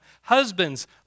husbands